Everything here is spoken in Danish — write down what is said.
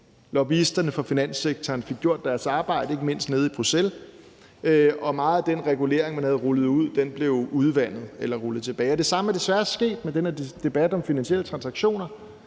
Lobbyisterne for finanssektoren fik gjort deres arbejde, ikke mindst nede i Bruxelles, og meget af den regulering, man havde rullet ud, blev udvandet eller rullet tilbage. Det samme er desværre sket med den her debat om finansielle transaktioner.